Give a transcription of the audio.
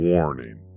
Warning